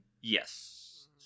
yes